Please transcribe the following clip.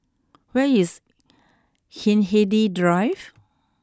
where is Hindhede Drive